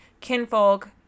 Kinfolk